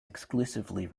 exclusively